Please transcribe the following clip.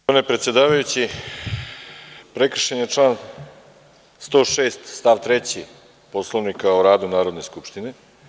Gospodine predsedavajući, prekršen je član 106. stav 3. Poslovnika o radu Narodne skupštine.